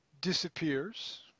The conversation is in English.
disappears